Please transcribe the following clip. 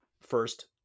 first